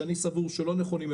שאני סבור שהם לא נכונים,